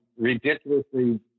ridiculously